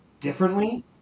differently